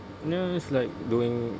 no it's like doing